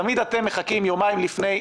תמיד אתם מחכים ליומיים לפני.